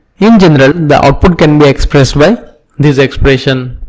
in general, the output can be expressed by this expression.